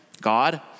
God